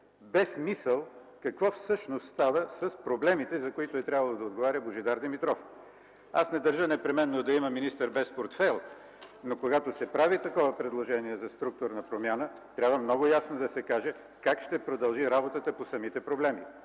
без мисъл какво всъщност става с проблемите, за които е трябвало да отговаря Божидар Димитров. Аз не държа непременно да има министър без портфейл, но когато се прави такова предложение за структурна промяна, трябва много ясно да се каже как ще продължи работата по самите проблеми.